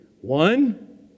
One